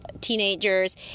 teenagers